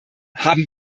haben